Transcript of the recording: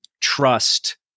trust